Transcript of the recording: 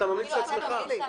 אתה ממליץ לעצמך?